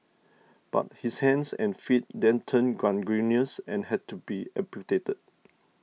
but his hands and feet then turned gangrenous and had to be amputated